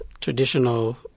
traditional